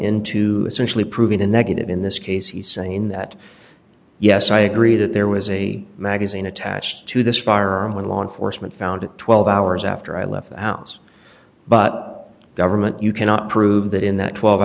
socially proving a negative in this case he's saying that yes i agree that there was a magazine attached to this firearm when law enforcement found it twelve hours after i left the house but government you cannot prove that in that twelve